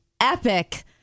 epic